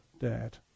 dared